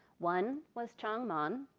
one was chong muong.